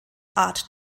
art